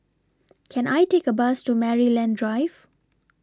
Can I Take A Bus to Maryland Drive